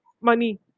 money